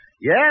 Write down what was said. Yes